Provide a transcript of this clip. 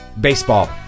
baseball